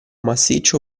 massiccio